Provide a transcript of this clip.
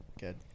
Good